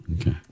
Okay